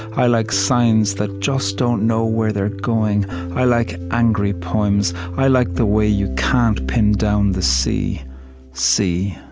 i like signs that just don't know where they're going i like angry poems i like the way you can't pin down the sea see.